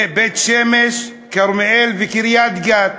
לבית-שמש, כרמיאל וקריית-גת.